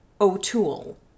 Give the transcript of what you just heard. O'Toole